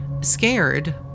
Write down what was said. scared